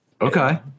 okay